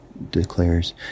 declares